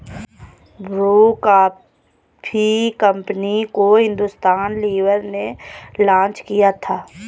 Bru coffee company को हिंदुस्तान लीवर ने launch किया था